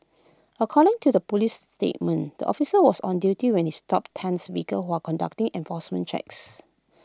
according to A Police statement the officer was on duty when he stopped Tan's vehicle while conducting enforcement checks